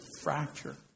fracture